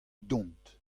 dont